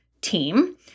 team